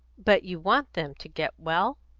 but you want them to get well?